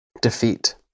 Defeat